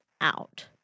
out